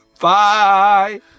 Bye